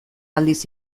aldiz